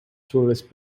tallest